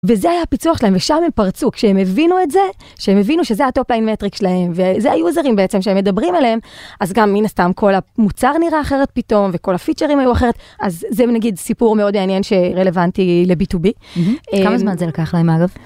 וזה היה הפיצוח שלהם ושם הם פרצו כשהם הבינו את זה שהם הבינו שזה הטופליין מטריק שלהם וזה היוזרים בעצם שהם מדברים עליהם, אז גם מן הסתם כל המוצר נראה אחרת פתאום וכל הפיצ'רים היו אחרת אז זה נגיד סיפור מאוד עניין שרלוונטי לבי טו בי. כמה זמן זה לקח להם אגב?